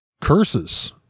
Curses